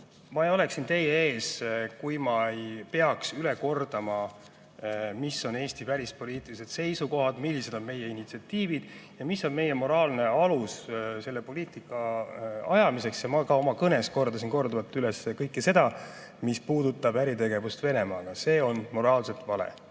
Ma ei oleks siin teie ees, kui ma ei peaks üle kordama, mis on Eesti välispoliitilised seisukohad, millised on meie initsiatiivid ja mis on meie moraalne alus selle poliitika ajamiseks. Ma ka oma kõnes kordasin korduvalt kõike seda, mis puudutab äritegevust Venemaaga. See on moraalselt vale